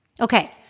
Okay